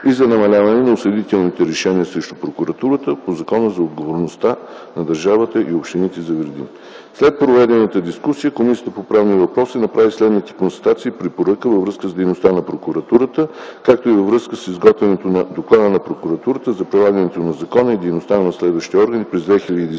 и за намаляване на осъдителните решения срещу прокуратурата по Закона за отговорност на държавата и общините за вреди. След проведената дискусия Комисията по правни въпроси направи следните констатации и препоръки във връзка с дейността на прокуратурата, както и във връзка с изготвянето на Доклада на прокуратурата за прилагането на закона и дейността на разследващите органи през 2010 г.